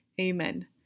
Amen